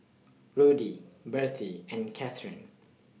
Rudy Bertie and Katheryn